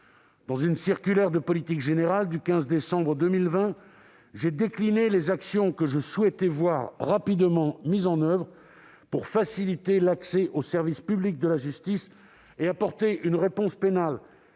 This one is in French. Dans une circulaire de politique générale du 15 décembre 2020, j'ai décliné les actions que je souhaitais voir rapidement mises en oeuvre pour faciliter l'accès au service public de la justice et apporter une réponse pénale